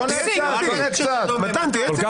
--- אולי